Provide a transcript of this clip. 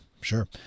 sure